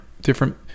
different